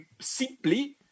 simply